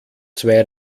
zwei